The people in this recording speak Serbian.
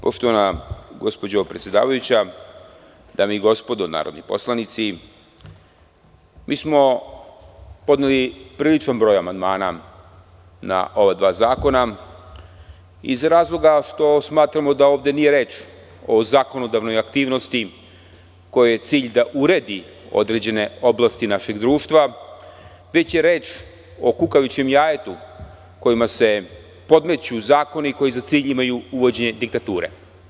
Poštovana gospođo predsedavajuća, dame i gospodo narodni poslanici, mi smo podneli popriličan broj amandmana na ova dva zakona iz razloga što smatramo da ovde nije reč o zakonodavnoj aktivnosti kojoj je cilj da uredi određene oblasti našeg društva, već je reč o kukavičijem jajetu, kojima se podmeću zakoni koji za cilj imaju uvođenje diktature.